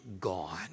gone